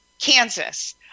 Kansas